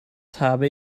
habe